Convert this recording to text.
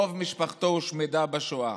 רוב משפחתו הושמדה בשואה.